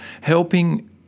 Helping